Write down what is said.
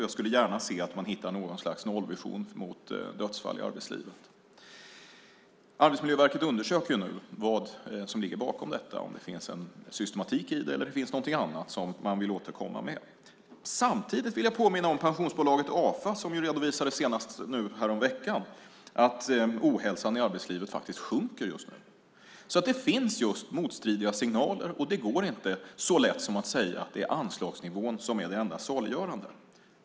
Jag skulle gärna se att man hittar något slags nollvision när det gäller dödsfall i arbetslivet. Arbetsmiljöverket undersöker nu vad som ligger bakom detta, om det finns en systematik i det eller om det finns något annat man vill återkomma med. Samtidigt vill jag påminna om pensionsbolaget Afa som redovisade senast härom veckan att ohälsan i arbetslivet faktiskt sjunker just nu. Det finns alltså motstridiga signaler, och det är inte så lätt som att säga att anslagsnivån är allena saliggörande.